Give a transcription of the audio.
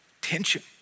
tension